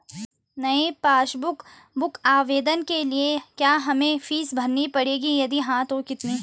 नयी passbook book आवेदन के लिए क्या हमें फीस भरनी पड़ेगी यदि हाँ तो कितनी?